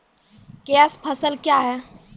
Cash फसल क्या हैं?